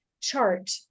chart